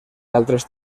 altres